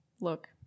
look